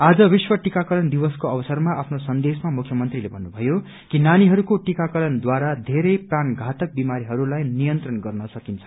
आज विश्व टिकाकरण दिवसको अवसरमा आफ्नो सन्देशमा मुख्यमन्त्रीले भन्नुभयो कि नानीहरूको टिकाकारणद्वारा थेरै प्राणघातक विमारीहरूलाई नियन्त्रण गर्न सकिन्छ